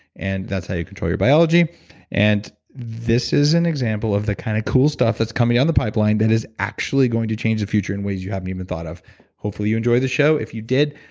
and that's how you control your biology and this is an example of the kind of cool stuff that's coming down the pipeline that is actually going to change the future in ways you haven't even thought of hopefully, you enjoyed the show. if you did,